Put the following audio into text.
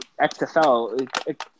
XFL